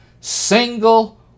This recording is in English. single